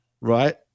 right